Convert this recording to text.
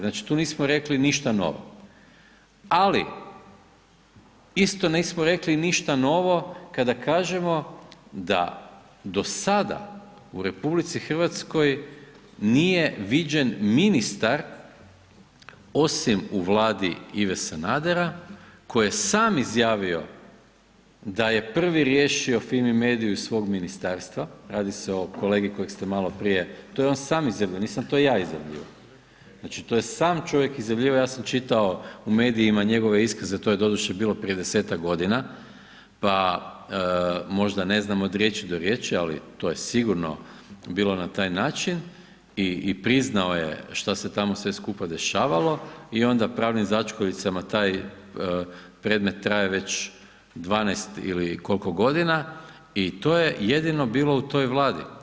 Znači, tu nismo rekli ništa novo, ali isto nismo rekli ništa novo kada kažemo da dosada u RH nije viđen ministar osim u vladi Ive Sanadera koji je sam izjavio da je prvi riješio Fimi mediju iz svog ministarstva, radi se o kolegi kojeg ste malo prije, to je on sam izjavio nisam to ja izjavljivao, to je sam čovjek izjavljivao, ja sam čitao u medijima njegove iskaze, to je doduše bilo prije 10 godina, pa možda ne znam od riječi do riječi ali to je sigurno bilo na taj način i priznao je šta se tamo sve skupa dešavalo i onda pravnim začkovicama taj predmet traje već 12 ili kolko godina i to je jedino bilo u toj vladi.